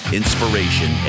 inspiration